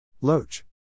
Loach